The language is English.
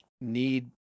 need